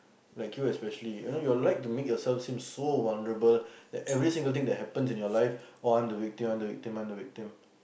like you especially you know you like to make yourself seem so vulnerable that every single thing that happens in your life oh I'm the victim I'm the victim I'm the victim